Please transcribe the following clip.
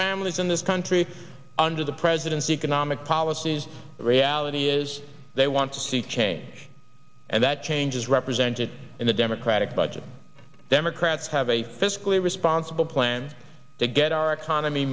families in this country under the president's economic policies the reality is they want to see change and that change is represented in the democratic budget democrats have a fiscally responsible plan to get our economy